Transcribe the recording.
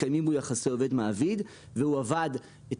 והתקיימו אצלו יחסי עובד-מעביד והוא עבד את